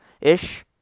ish